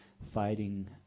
fighting